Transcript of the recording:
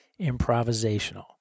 improvisational